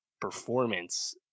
Performance